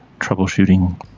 troubleshooting